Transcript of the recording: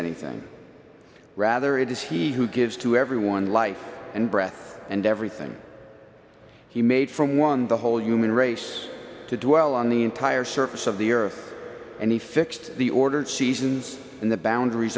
anything rather it is he who gives to everyone life and breath and everything he made from one the whole human race to dwell on the entire surface of the earth and he fixed the ordered seasons and the boundaries